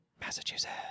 Massachusetts